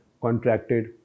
contracted